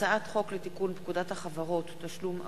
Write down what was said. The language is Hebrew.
הצעת חוק לתיקון פקודת החברות (תשלום אגרות),